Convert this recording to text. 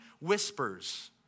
whispers